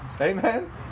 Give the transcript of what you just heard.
amen